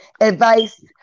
Advice